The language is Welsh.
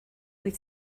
wyt